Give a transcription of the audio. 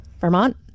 Vermont